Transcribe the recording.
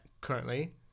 currently